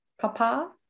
Papa